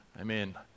amen